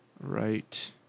right